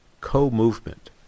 co-movement